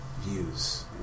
views